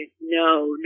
no